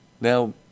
Now